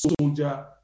soldier